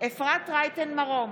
אפרת רייטן מרום,